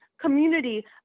community